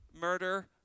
murder